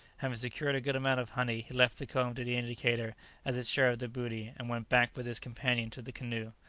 having secured a good amount of honey, he left the comb to the indicator as its share of the booty, and went back with his companion to the canoe.